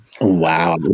Wow